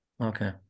Okay